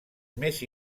més